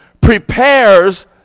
prepares